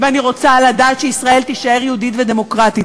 ואני רוצה לדעת שישראל תישאר יהודית ודמוקרטית.